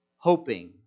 hoping